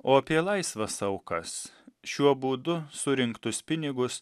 o apie laisvas aukas šiuo būdu surinktus pinigus